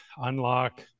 unlock